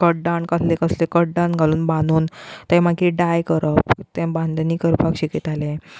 कड्डण कसलें कसलें कड्डण घालून बांदून तें मागीर डाय करप तें बांदनी करपाक शिकयताले